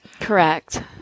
Correct